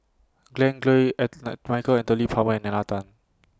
Glen Goei Michael Anthony Palmer and Nalla Tan